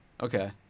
Okay